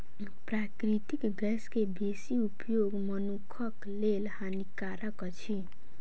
प्राकृतिक गैस के बेसी उपयोग मनुखक लेल हानिकारक अछि